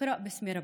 "אקרא באסמי רביכה".